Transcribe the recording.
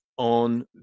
on